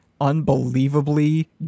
unbelievably